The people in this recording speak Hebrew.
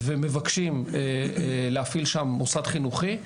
ומבקשים להפעיל שם מוסד חינוכי,